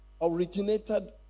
originated